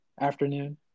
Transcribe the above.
afternoon